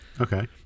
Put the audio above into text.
Okay